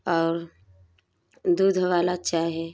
और दूध वाला चाय है